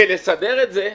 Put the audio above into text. כדי לסדר את זה,